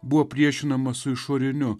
buvo priešinamas su išoriniu